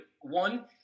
One